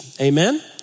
Amen